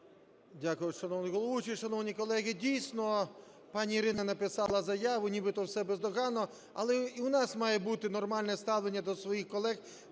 Дякую, шановний головуючий. Шановні колеги, дійсно, пані Ірина написала заяву, нібито все бездоганно. Але і в нас має бути нормальне ставлення до своїх колег,